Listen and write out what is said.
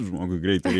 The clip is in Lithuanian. žmogui greitai